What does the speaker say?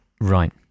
Right